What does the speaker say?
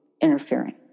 interfering